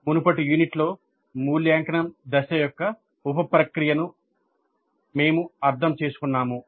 మునుపటి యూనిట్లో మూల్యాంకనం దశ యొక్క ఉప ప్రక్రియను మేము అర్థం చేసుకున్నాము